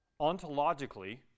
Ontologically